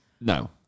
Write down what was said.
No